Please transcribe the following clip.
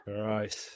right